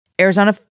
Arizona